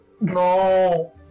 No